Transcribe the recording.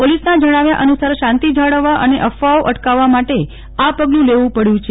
પોલીસના જણાવ્યા અનુસાર શાંતિ જાળવવા અને અફવાઓ અટકાવવા માટે આ પગલુ લેવુ પડવુ છે